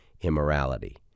immorality